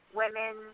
women